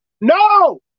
No